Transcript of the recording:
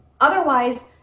otherwise